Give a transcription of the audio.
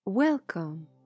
Welcome